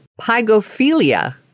pygophilia